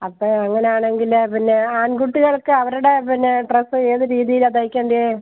അപ്പോൾ അങ്ങനെ ആണെങ്കിൽ പിന്നെ ആൺകുട്ടികൾക്ക് അവരുടെ പിന്നെ ഡ്രസ്സ് ഏത് രീതിയിലാണ് തയ്ക്കേണ്ടത്